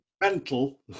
mental